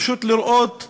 פשוט לראות את